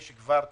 יש כבר תוכנית,